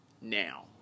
now